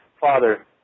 Father